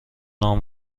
نام